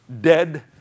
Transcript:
dead